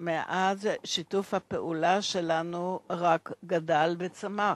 ומאז שיתוף הפעולה שלנו רק גדל וצמח.